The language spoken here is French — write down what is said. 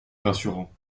rassurant